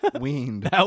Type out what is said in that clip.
Weaned